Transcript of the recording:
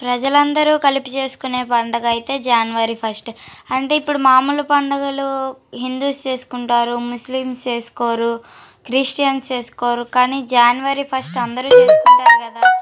ప్రజలు అందరూ కలిపి చేసుకునే పండుగ అయితే జనవరి ఫస్ట్ అంటే ఇప్పుడు మామూలు పండుగలు హిందూస్ చేసుకుంటారు ముస్లిమ్స్ చేసుకోరు క్రిస్టియన్స్ చేసుకోరు కానీ జనవరి ఫస్ట్ అందరూ చేసుకుంటారు కదా